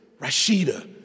Rashida